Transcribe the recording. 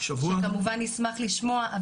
שכמובן נשמח לשמוע.